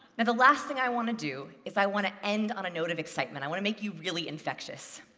and the last thing i want to do is i want to end on a note of excitement. i want to make you really infectious.